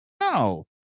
No